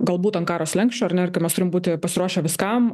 galbūt ant karo slenksčio ar ne ir kai mes turim būti pasiruošę viskam